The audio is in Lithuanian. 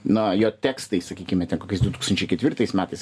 na jo tekstai sakykime ten kokiais du tūkstančiai ketvirtais metais